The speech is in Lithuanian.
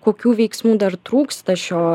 kokių veiksmų dar trūksta šio